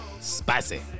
Spicy